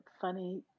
funny